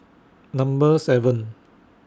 Number seven